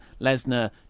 Lesnar